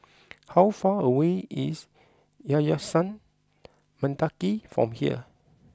how far away is Yayasan Mendaki from here